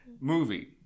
Movie